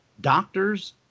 Doctors